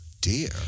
dear